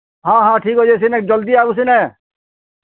ହଁ ହଁ ଠିକ୍ ଅଛେ ସିନେ ଜଲ୍ଦି ଆଉବୁ ସିନେ